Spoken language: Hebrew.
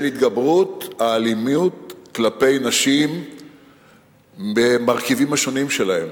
התגברות האלימות כלפי נשים במרכיבים השונים שלה,